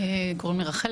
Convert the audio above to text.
קוראים לי רחל,